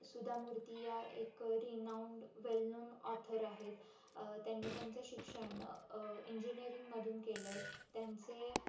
सुधा मूर्ती या एक renowned well known author आहेत त्यांनी त्यांचं शिक्षण इंजिनिअरिंगमधून केलं आहे त्यांचे